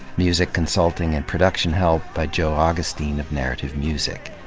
music consulting and production help by joe augustine of narrative music.